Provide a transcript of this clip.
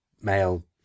male